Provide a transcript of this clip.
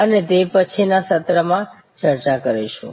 અમે તે પછીના સત્રમાં ચર્ચા કરીશું